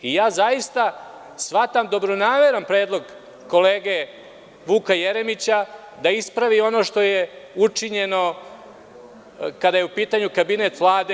Zaista shvatam dobronameran predlog kolege Vuka Jeremića, da ispravi ono što je učinjeno kada je u pitanju kabinet Vlade.